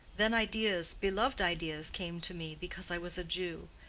then ideas, beloved ideas, came to me, because i was a jew.